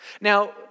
Now